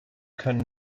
können